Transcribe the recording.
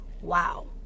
wow